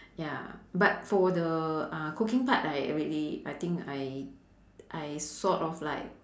ya but for the uh cooking part I really I think I I sort of like